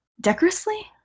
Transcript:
Decorously